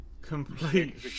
Complete